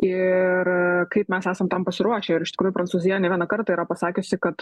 ir kaip mes esam tam pasiruošę ir iš tikrųjų prancūzija ne vieną kartą yra pasakiusi kad